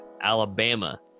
alabama